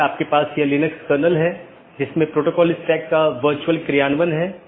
तो यह ऐसा नहीं है कि यह OSPF या RIP प्रकार के प्रोटोकॉल को प्रतिस्थापित करता है